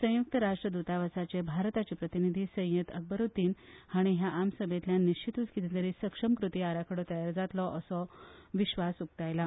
संयुक्त राष्ट्र द्रतावासाचे भारताचे प्रतिनिधी सय्यद अकबरूद्दीन हांणी ह्या आमसभेतल्यान निश्चीतूच कितेंतरी सक्षम कृती आराखडो तयार जातलो असो विस्वास उक्तायला